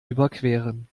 überqueren